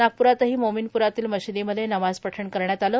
नागप्रातही मोमिनप्रातील मशिदीमध्ये नमाज पठण करण्यात आले